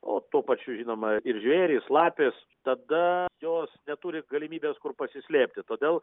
o tuo pačiu žinoma ir žvėrys lapės tada jos neturi galimybės kur pasislėpti todėl